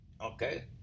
Okay